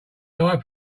die